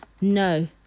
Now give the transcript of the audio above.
No